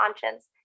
conscience